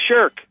shirk